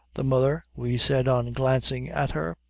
the mother, we said on glancing at her,